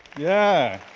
yeah.